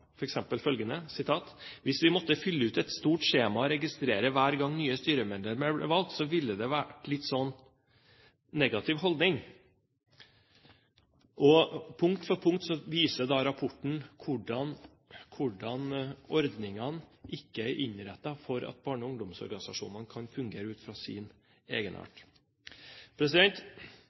vi måtte fylle ut et stort skjema og registrere hver gang nye styremedlemmer ble valgt så ville det vært litt sånn… negativ holdning.» Punkt for punkt viser rapporten hvordan ordningene ikke er innrettet for at barne- og ungdomsorganisasjonene kan fungere ut fra sin